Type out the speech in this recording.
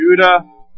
Judah